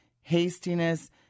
hastiness